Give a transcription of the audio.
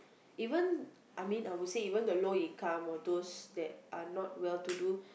even I mean I would say even the low income or those that are not well to do